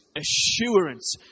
assurance